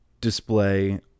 display